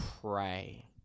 pray